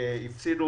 שהפסידה